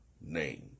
name